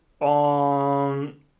on